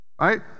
Right